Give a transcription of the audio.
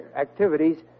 Activities